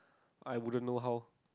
I wouldn't know how